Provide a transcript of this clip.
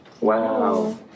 Wow